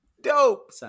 dope